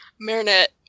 Marinette